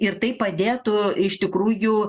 ir tai padėtų iš tikrųjų